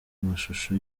mashusho